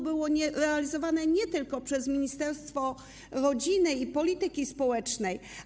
Było ono realizowane nie tylko przez Ministerstwo Rodziny i Polityki Społecznej.